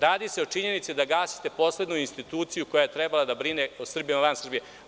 Radi se o činjenici da gasite poslednju instituciju koja je trebala da brine o Srbima van Srbije.